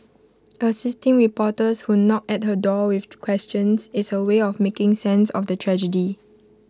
assisting reporters who knock at her door with questions is her way of making sense of the tragedy